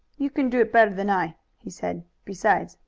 you can do it better than i, he said. besides,